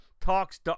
Talks